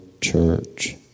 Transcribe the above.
church